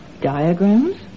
Diagrams